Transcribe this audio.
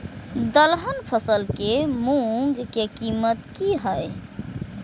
दलहन फसल के मूँग के कीमत की हय?